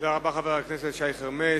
תודה רבה לחבר הכנסת שי חרמש.